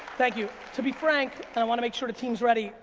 thank you. to be frank, and i wanna make sure the team's ready,